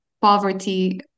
poverty